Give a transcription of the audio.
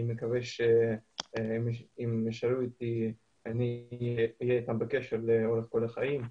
מקווה שהם יישארו אתי ושאני אהיה אתם בקשר לאורך כל החיים.